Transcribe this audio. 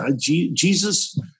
Jesus